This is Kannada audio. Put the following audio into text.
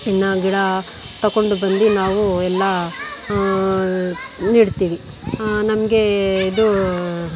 ನಾವು ಗಿಡ ತಗೊಂಡು ಬಂದು ನಾವು ಎಲ್ಲ ನೆಡ್ತೀವಿ ನಮಗೆ ಇದು